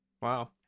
Wow